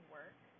work